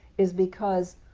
is because